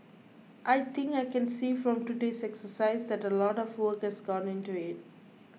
I think I can see from today's exercise that a lot of work has gone into it